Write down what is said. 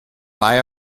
buy